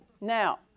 Now